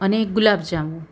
અને એક ગુલાબજાંબુ